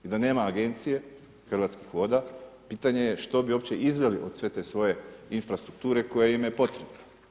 I da nema Agencije Hrvatskih voda pitanje je što bi uopće izveli od sve te svoje infrastrukture koja im je potrebna.